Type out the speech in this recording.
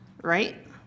right